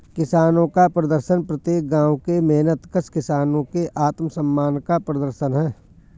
किसानों का प्रदर्शन प्रत्येक गांव के मेहनतकश किसानों के आत्मसम्मान का प्रदर्शन है